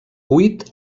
cuit